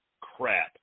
crap